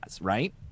right